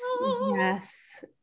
Yes